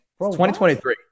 2023